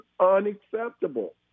unacceptable